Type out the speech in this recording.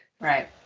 Right